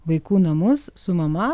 vaikų namus su mama